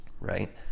right